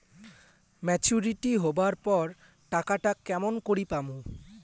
Maturity হবার পর টাকাটা কেমন করি পামু?